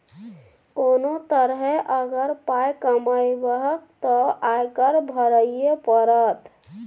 कोनो तरहे अगर पाय कमेबहक तँ आयकर भरइये पड़त